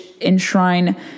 enshrine